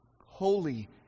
holy